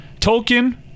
Tolkien